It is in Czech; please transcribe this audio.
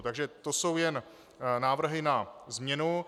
Takže to jsou jen návrhy na změnu.